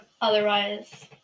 Otherwise